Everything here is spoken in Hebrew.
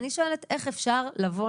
אני שואלת: איך אפשר לבוא,